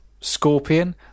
scorpion